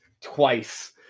twice